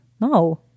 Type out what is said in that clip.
no